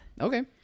Okay